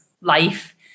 life